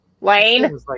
Lane